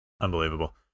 Unbelievable